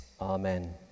Amen